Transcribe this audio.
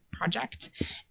project